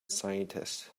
scientist